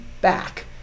back